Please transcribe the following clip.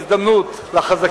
בהזדמנות, לחזקים יותר.